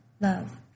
love